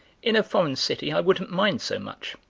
in a foreign city i wouldn't mind so much,